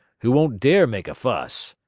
who won't dare make a fuss.